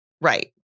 Right